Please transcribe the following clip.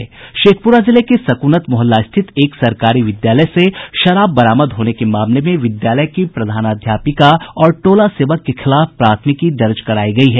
शेखप्रा जिले के सकूनत मुहल्ला स्थित एक सरकारी विद्यालय से शराब बरामद होने के मामले में विद्यालय की प्रधानाध्यापिका और टोला सेवा के खिलाफ प्राथमिकी दर्ज करायी गयी है